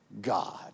God